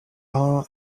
are